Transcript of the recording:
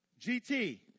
GT